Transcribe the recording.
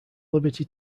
liberty